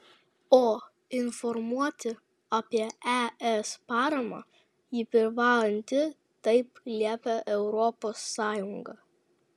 o informuoti apie es paramą ji privalanti taip liepia europos sąjunga